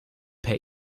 per